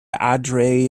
andre